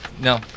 No